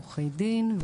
עורכי דין,